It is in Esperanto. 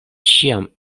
ĉiam